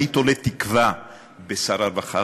אני תולה תקווה בשר הרווחה,